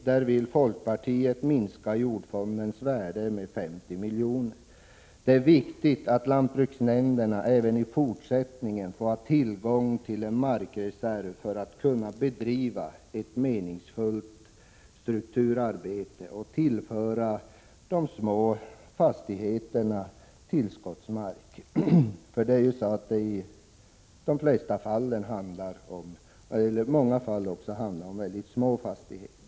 Det är viktigt att lantbruksnämnderna även i fortsättningen har tillgång till en markreserv för att kunna bedriva ett meningsfullt strukturarbete och tillföra små fastigheter tillskottsmark. I många fall handlar det om mycket små fastigheter.